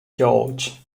george